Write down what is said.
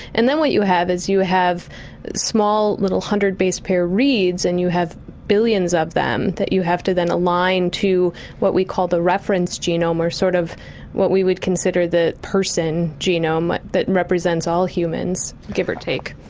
and then what you have is you have small little hundred base pair reads and you have billions of them that you have to then align to what we call the reference genome or sort of what we would consider the person genome that represents all humans, give or take.